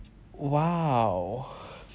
!wow!